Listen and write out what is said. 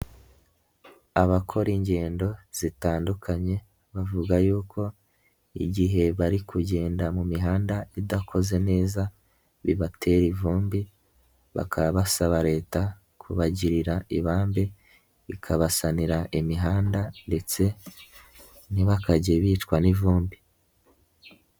Abakora ingendo zitandukanye, bavuga yuko igihe bari kugenda mu mihanda idakoze neza, bibatera ivumbi, bakaba basaba leta kubagirira ibambe, ikabasanira imihanda ndetse ntibakajye bicwa n'ivumbi.